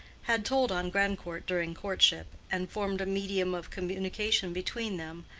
had told on grandcourt during courtship, and formed a medium of communication between them,